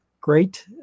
Great